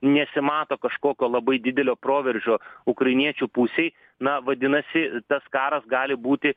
nesimato kažkokio labai didelio proveržio ukrainiečių pusėj na vadinasi tas karas gali būti